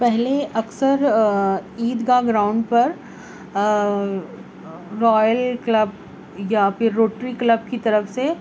پہلے اكثر عیدگاہ گراؤنڈ پر رائل كلب یا پھر روٹری کلب کی طرف سے